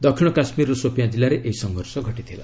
ଦକ୍ଷିଣ କାଶୁୀର ସୋପିଆଁ କିଲ୍ଲାରେ ଏହି ସଂଘର୍ଷ ଘଟିଥିଲା